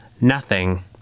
Nothing